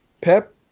Pep